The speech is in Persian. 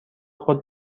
خود